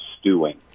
stewing